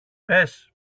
πες